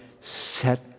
set